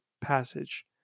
passage